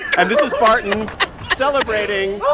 and this is barton celebrating